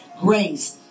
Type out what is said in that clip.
Grace